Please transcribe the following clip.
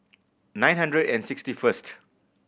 nine hundred and sixty first